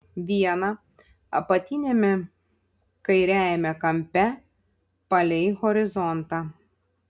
viena apatiniame kairiajame kampe palei horizontą